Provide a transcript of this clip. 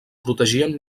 protegien